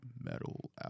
Metal